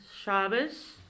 Shabbos